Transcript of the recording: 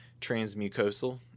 transmucosal